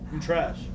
trash